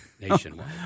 Nationwide